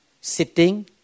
sitting